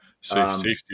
safety